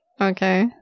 Okay